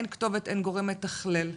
אין כתובת, אין גורם מתכלל.